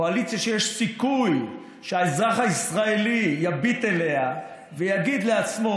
קואליציה שיש סיכוי שהאזרח הישראלי יביט אליה ויגיד לעצמו,